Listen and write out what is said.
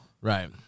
Right